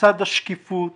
לצד השקיפות